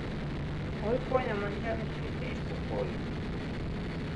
oi ponia man žemė slysta iš po kojų